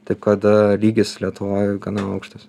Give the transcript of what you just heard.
taip kada lygis lietuvoj gana aukštas